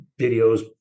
videos